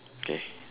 okay